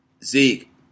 Zeke